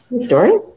Story